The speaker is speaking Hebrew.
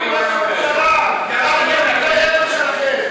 חבר הכנסת ליצמן.